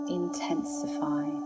intensify